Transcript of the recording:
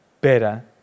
better